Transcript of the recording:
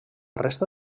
resta